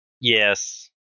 Yes